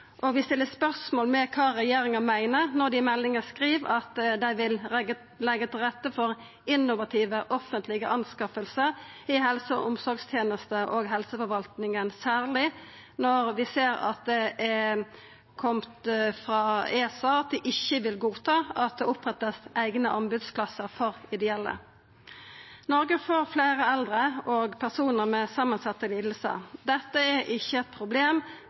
og vi stiller spørsmål ved kva regjeringa meiner når dei i meldinga skriv at dei vil leggja til rette for «innovative offentlige anskaffelser i helse- og omsorgstjenesten og i helseforvaltningen» – særleg når vi ser at ESA ikkje vil godta at det vert oppretta eigne anbodsklasser for ideelle. Noreg får fleire eldre og fleire med samansette lidingar. Dette er ikkje eit problem,